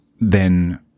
then-